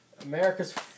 America's